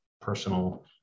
personal